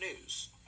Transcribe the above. news